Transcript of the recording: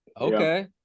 okay